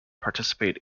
participate